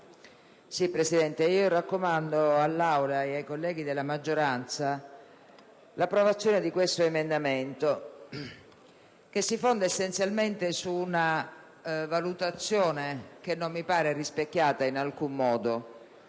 Presidente, raccomando all'Aula e ai colleghi della maggioranza l'approvazione dell'emendamento 4.1, che si fonda essenzialmente su una valutazione che non mi pare rispecchiata in alcun modo